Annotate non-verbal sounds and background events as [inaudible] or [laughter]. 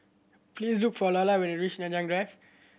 please look for [unintelligible] when you reach Nanyang Drive